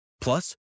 Plus